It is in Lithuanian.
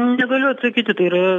negaliu atsakyti tai yra